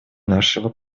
нашего